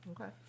Okay